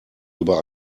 über